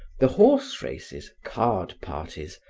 the horse races, card parties,